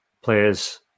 players